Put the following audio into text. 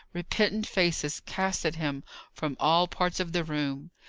repentant faces cast at him from all parts of the room.